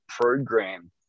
program